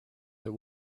that